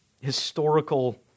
historical